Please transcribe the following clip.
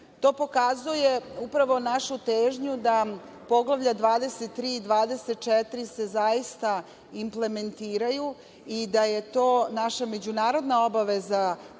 To pokazuje upravo našu težnju da poglavlja 23 i 24 se zaista implementiraju i da je to naša međunarodna obaveza,